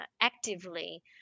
actively